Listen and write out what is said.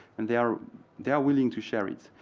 and they are they are willing to share it.